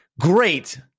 great